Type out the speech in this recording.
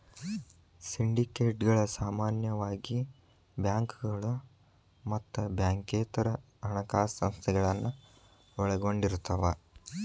ಸಿಂಡಿಕೇಟ್ಗಳ ಸಾಮಾನ್ಯವಾಗಿ ಬ್ಯಾಂಕುಗಳ ಮತ್ತ ಬ್ಯಾಂಕೇತರ ಹಣಕಾಸ ಸಂಸ್ಥೆಗಳನ್ನ ಒಳಗೊಂಡಿರ್ತವ